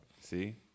See